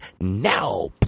now